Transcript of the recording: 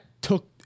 took